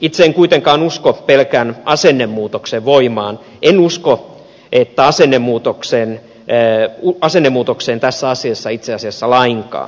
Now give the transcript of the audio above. itse en kuitenkaan usko pelkän asennemuutoksen voimaan en usko asennemuutokseen tässä asiassa itse asiassa lainkaan valitettavasti